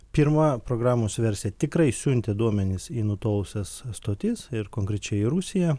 pirma programos versija tikrai siuntė duomenis į nutolusias stotis ir konkrečiai į rusiją